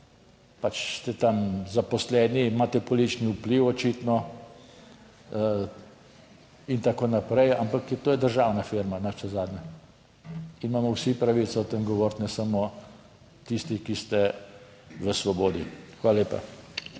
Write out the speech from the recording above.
pač ste tam zaposleni, imate politični vpliv očitno in tako naprej, ampak to je državna firma. Navsezadnje imamo vsi pravico o tem govoriti, ne samo tisti, ki ste v Svobodi. Hvala lepa.